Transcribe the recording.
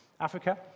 Africa